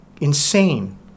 insane